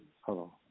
Hello